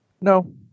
No